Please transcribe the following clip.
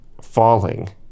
falling